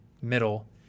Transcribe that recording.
middle